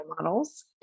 models